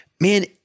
man